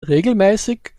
regelmäßig